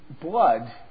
blood